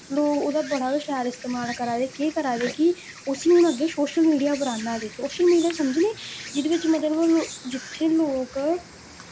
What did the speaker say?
लोक उ'दा बड़ा गै शैल इस्तेमाल करा दे केह् करा दे कि उस्सी हुन अग्गै शोशल मीडिया पर आह्ना दे शोशल मीडिया समझने जिदे विच मतलब ल जित्थे लोक